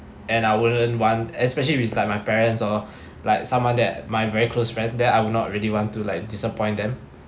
and I wouldn't want especially if it's like my parents or like someone that my very close friend that I will not really want to like disappoint them